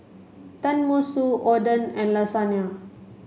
Tenmusu Oden and Lasagna